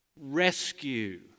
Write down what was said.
Rescue